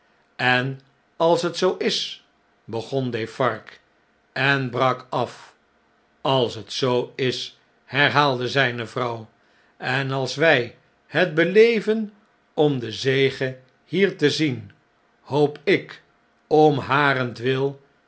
en als het zoo is begon defarge en brak af als het zoo is herhaalde zijne vrouw en als wig het beleven om de zege hierte zien hoop ik om harentwil